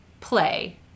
play